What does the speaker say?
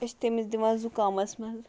أسۍ چھِ تٔمِس دِوان زُکامَس منٛز